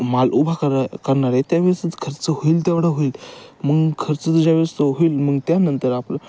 माल उभा करा करणारे त्या वेळेसचा खर्च होईल तेवढा होईल मग खर्चाचं ज्या वेळेळेस तर होईल मग त्यानंतर आपलं